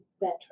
better